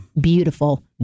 Beautiful